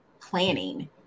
planning